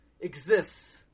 exists